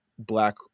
Black